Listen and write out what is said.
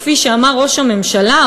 כפי שאמר ראש הממשלה,